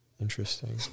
Interesting